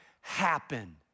happen